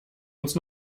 uns